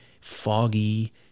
foggy